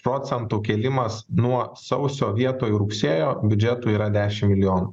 procentų kėlimas nuo sausio vietoj rugsėjo biudžetui yra dešim milijonų